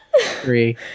Three